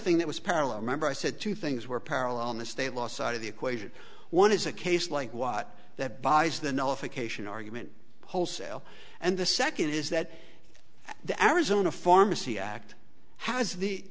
thing that was parallel remember i said two things were parallel on the state law side of the equation one is a case like what that buys the nullification argument wholesale and the second is that the arizona pharmacy act has the